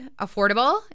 affordable